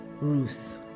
Ruth